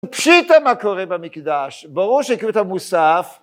פשיטה מה קורה במקדש, ברור שקבלתם מוסף.